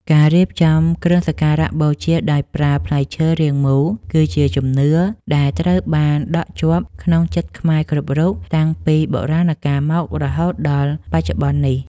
ការរៀបចំគ្រឿងសក្ការៈបូជាដោយប្រើផ្លែឈើរាងមូលគឺជាជំនឿដែលត្រូវបានដក់ជាប់ក្នុងចិត្តខ្មែរគ្រប់រូបតាំងពីបុរាណកាលមករហូតដល់បច្ចុប្បន្ននេះ។